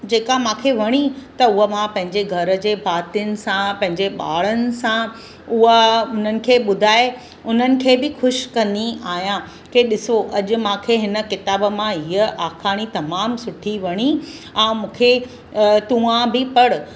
जेका मूंखे वणी त उहा मां पंहिंजे घर जे भातियुनि सां पंहिंजे ॿारनि सां उहा उन्हनि खे ॿुधाए उन्हनि खे बि ख़ुशि कंदी आहियां की ॾिसो अॼु मूंखे हिन किताब मां इहा आखाणी तमाम सुठी वणी ऐं मूंखे तूं बि पढ़